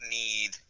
need